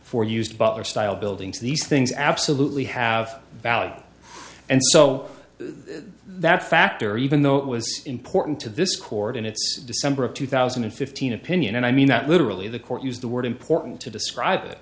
for used butler style buildings these things absolutely have value and so that factor even though it was important to this court in its december of two thousand and fifteen opinion and i mean that literally the court used the word important to describe it